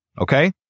Okay